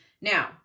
now